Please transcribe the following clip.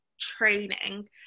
training